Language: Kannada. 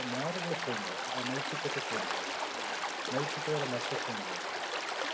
ಮೊರಲ್ ಚೇಂಜ್ ಆಯಿತು ಆ ನೈತಿಕತೆ ಚೇಂಜ್ ಆಯಿತು ನೈತಿಕವಾದ ಮಟ್ಟ ಚೇಂಜ್ ಆಯಿತು